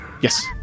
Yes